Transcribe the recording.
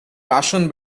passion